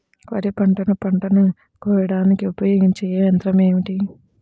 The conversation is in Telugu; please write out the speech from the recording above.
వరిపంటను పంటను కోయడానికి ఉపయోగించే ఏ యంత్రం ఏమిటి?